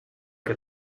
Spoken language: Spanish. que